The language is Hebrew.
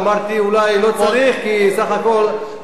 אמרתי: אולי לא צריך כי בסך הכול,